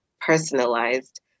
personalized